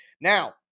Now